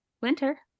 winter